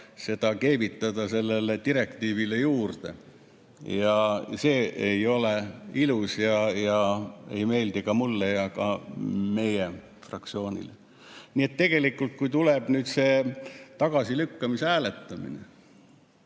agendat keevitada sellele direktiivile juurde. See ei ole ilus. See ei meeldi ei mulle ega ka meie fraktsioonile. Nii et tegelikult, kui tuleb nüüd see tagasilükkamise hääletamine,